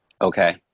Okay